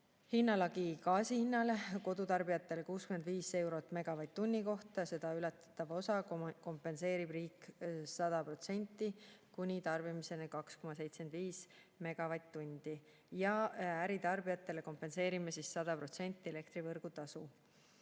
maha; gaasi hinna lagi kodutarbijatel 65 eurot megavatt-tunni kohta, seda ületava osa kompenseerib riik 100% kuni tarbimiseni 2,75 megavatt-tundi; äritarbijatel kompenseerime 100% elektri võrgutasu. Teine